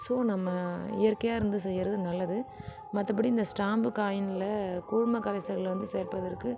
so நம்ம இயற்கையாக இருந்து செய்யறது நல்லது மற்றபடி இந்த ஸ்டாம்ப்காயினில் குழுமகரைசல் வந்து சேர்ப்பதற்கு